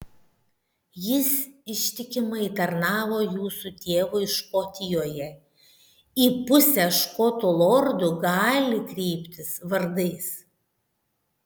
jis ištikimai tarnavo jūsų tėvui škotijoje į pusę škotų lordų gali kreiptis vardais